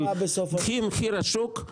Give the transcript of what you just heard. קחי את מחיר השוק,